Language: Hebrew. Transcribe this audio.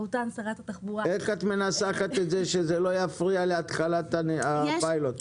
איך את מנסחת את זה שזה לא יפריע להתחלת הפיילוט?